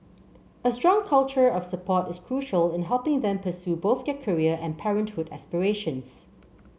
a strong culture of support is crucial in helping them pursue both their career and parenthood aspirations